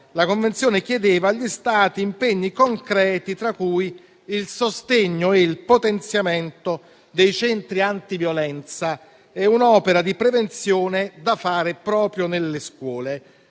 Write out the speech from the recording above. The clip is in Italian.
- che chiedeva agli Stati impegni concreti, tra cui il sostegno e il potenziamento dei centri antiviolenza e un'opera di prevenzione da fare proprio nelle scuole.